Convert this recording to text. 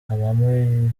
abamubonye